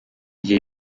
gihe